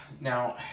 Now